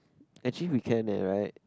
actually we can eh right